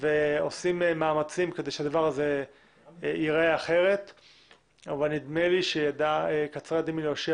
ועושים מאמצים כדי שהדבר הזה ייראה אחרת אבל נדמה לי שקצרה ידי מלהושיע